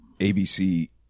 ABC